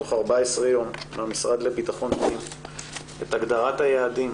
תוך 14 יום מהמשרד לביטחון הפנים את הגדרת היעדים